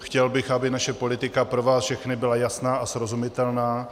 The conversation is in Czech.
Chtěl bych, aby naše politika pro vás všechny byla jasná a srozumitelná.